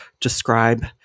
describe